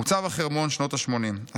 "מוצב החרמון, שנות השמונים.